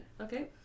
okay